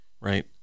right